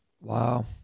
Wow